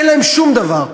אין להם שום דבר.